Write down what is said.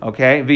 Okay